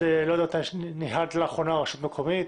אני לא יודע מתי ניהלת לאחרונה רשות מקומית.